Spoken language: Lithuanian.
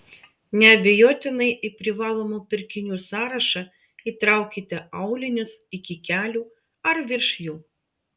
neabejotinai į privalomų pirkinių sąrašą įtraukite aulinius iki kelių ar virš jų